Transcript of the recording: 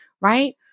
right